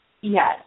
Yes